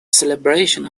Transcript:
celebration